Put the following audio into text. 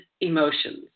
emotions